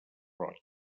roig